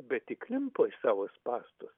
bet įklimpo į savo spąstus